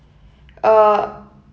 uh